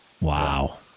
Wow